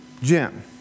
Jim